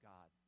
God